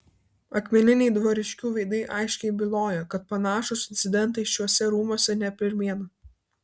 akmeniniai dvariškių veidai aiškiai bylojo kad panašūs incidentai šiuose rūmuose ne pirmiena